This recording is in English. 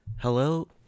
Hello